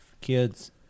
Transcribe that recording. kids